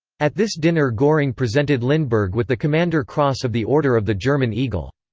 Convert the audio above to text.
at this dinner goring presented lindbergh with the commander cross of the order of the german eagle.